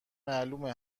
معلومه